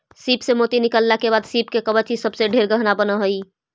सीप से मोती निकालला के बाद सीप के कवच ई सब से ढेर गहना बन हई